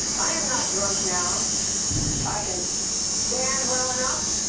i am not drunk now i can stand well enough